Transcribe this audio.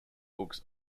books